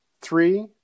three